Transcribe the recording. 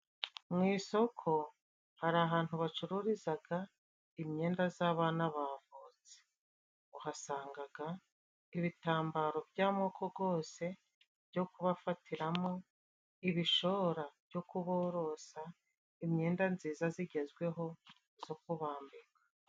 Mu isoko hari ahantu bacururizaga imyenda z'abana bavutse uhasangaga ibitambaro by'amoko gose byo kubafatiramo, ibishora byo kuborosa, imyenda nziza zigezweho zo kubambika.